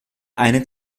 eine